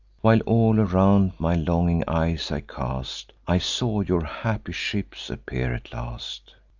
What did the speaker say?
while all around my longing eyes i cast, i saw your happy ships appear at last.